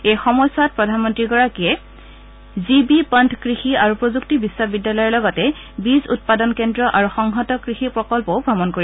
এই সময়ছোৱাত প্ৰধানমন্তী গৰাকীয়ে জি বি পণ্ট কৃষি আৰু প্ৰযুক্তি বিধ্ববিদ্যালয়ৰ লগতে বীজ উৎপাদন কেন্দ্ৰ আৰু সংহত কৃষি প্ৰকল্পও ভ্ৰমণ কৰিব